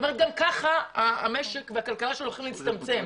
זאת אומרת, גם כך המשק והכלכלה הולכים להצטמצם.